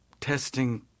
testing